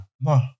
No